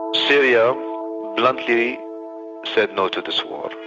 syria bluntly said no to this war.